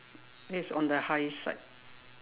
that's on the high side